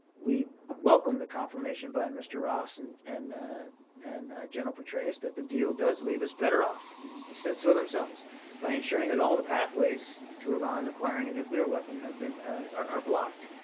we welcome the confirmation by mr. ross and and and general petraeus that the deal does leave us better off they said so themselves by ensuring that all the pathways to iran acquiring a nuclear weapon have been are are blocked.